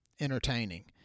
entertaining